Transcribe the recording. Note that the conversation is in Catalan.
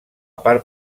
part